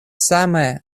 same